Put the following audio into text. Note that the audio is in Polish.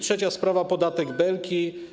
Trzecia sprawa - podatek Belki.